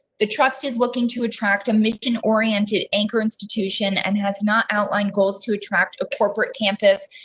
the trust is looking to attract a mission oriented anchor institution and has not outline goals to attract a corporate campus.